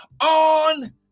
on